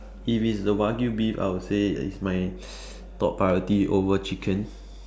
if it's the wagyu-beef I would say it's my top priority over chicken